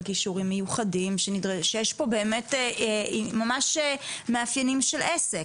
כישורים מיוחדים ושיש פה ממש מאפיינים של עסק.